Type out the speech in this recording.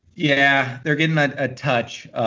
yeah, they're getting an ah touch,